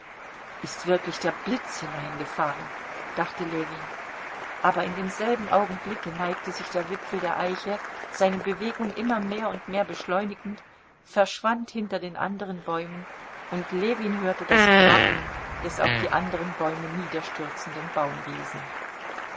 ist wirklich der blitz hineingefahren dachte ljewin aber in demselben augenblicke neigte sich der wipfel der eiche seine bewegung immer mehr und mehr beschleunigend verschwand hinter den anderen bäumen und ljewin hörte das krachen des auf die anderen bäume niederstürzenden baumriesen